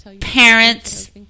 parents